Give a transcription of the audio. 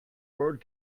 word